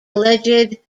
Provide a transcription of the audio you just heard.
alleged